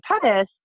Pettis